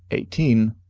eighteen,